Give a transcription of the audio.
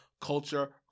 Culture